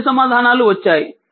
అన్ని సమాధానాలు వచ్చాయి